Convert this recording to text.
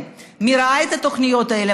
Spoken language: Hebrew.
מי ראה את התוכניות האלה,